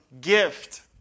gift